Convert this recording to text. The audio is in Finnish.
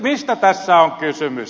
mistä tässä on kysymys